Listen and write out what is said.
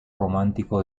romántico